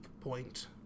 point